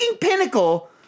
pinnacle